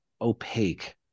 opaque